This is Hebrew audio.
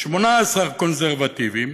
18% קונסרבטיבים,